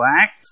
act